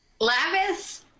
Lavis